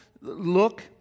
look